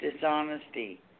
dishonesty